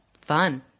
Fun